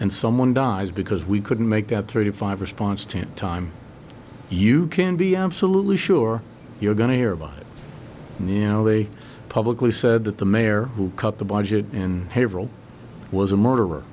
and someone dies because we couldn't make that thirty five response team time you can be absolutely sure you're going to hear about it and you know they publicly said that the mayor who cut the budget in was a murderer